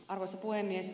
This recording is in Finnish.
arvoisa puhemies